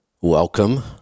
Welcome